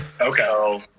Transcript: Okay